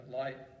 light